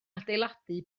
adeiladu